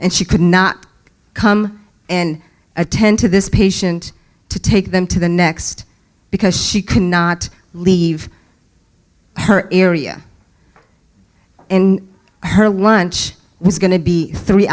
and she could not come and attend to this patient to take them to the next because she cannot leave her area and her lunch was going to be three